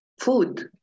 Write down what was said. food